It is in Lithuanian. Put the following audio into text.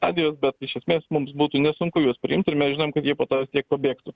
stadijos bet iš esmės mums būtų nesunku juos priimt ir mes žinom kad jie po to vis tiek pabėgtų